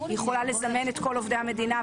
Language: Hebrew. היא יכולה לזמן את כל עובדי המדינה,